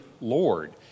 Lord